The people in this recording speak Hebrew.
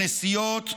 כנסיות,